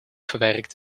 verwerkt